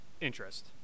interest